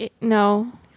No